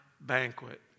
banquet